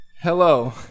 Hello